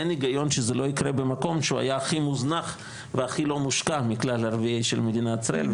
אין היגיון שזה לא יקרה במקום הכי לא מושקע של ערביי ישראל,